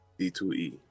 d2e